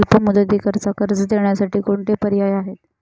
अल्प मुदतीकरीता कर्ज देण्यासाठी कोणते पर्याय आहेत?